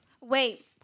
Wait